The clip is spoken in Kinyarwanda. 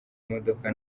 modoka